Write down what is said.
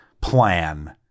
plan